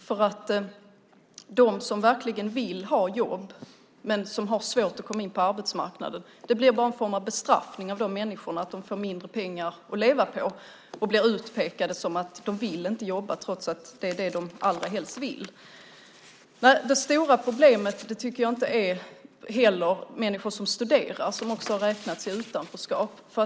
För dem som verkligen vill ha jobb men som har svårt att komma in på arbetsmarknaden blir det bara en form av bestraffning. De får mindre pengar att leva på och blir utpekade som att de inte vill jobba, trots att det är det de allra helst vill. Det stora problemet tycker jag inte heller är människor som studerar men som också räknas i utanförskap.